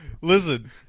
Listen